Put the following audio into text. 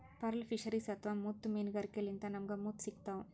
pearl fisheries ಅಥವಾ ಮುತ್ತ್ ಮೀನ್ಗಾರಿಕೆಲಿಂತ್ ನಮ್ಗ್ ಮುತ್ತ್ ಸಿಗ್ತಾವ್